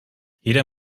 jeder